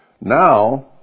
Now